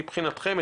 מבחינתכם,